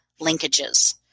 linkages